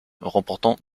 remportant